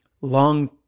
long